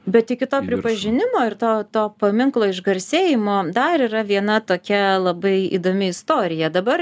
bet iki to pripažinimo ir to to paminklo išgarsėjimo dar yra viena tokia labai įdomi istorija dabar